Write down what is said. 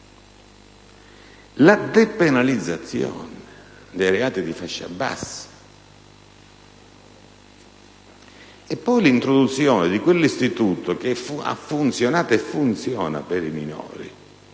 la depenalizzazione dei reati di fascia bassa; e ancora, l'introduzione di quell'istituto che ha funzionato e funziona per i minori,